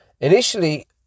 Initially